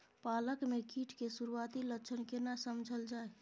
पालक में कीट के सुरआती लक्षण केना समझल जाय?